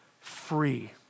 free